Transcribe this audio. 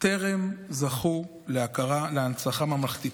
טרם זכו להנצחה ממלכתית,